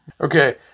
Okay